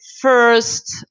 first